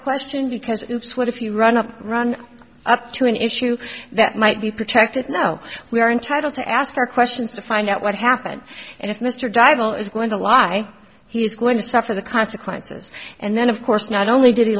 question because what if you run up run up to an issue that might be protected know we are entitled to ask our questions to find out what happened and if mr duyvil is going to lie he's going to suffer the consequences and then of course not only did he